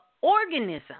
organism